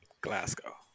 Glasgow